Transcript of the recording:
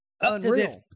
unreal